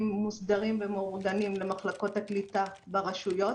מוסדרים ומאורגנים למחלקות הקליטה ברשויות.